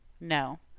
No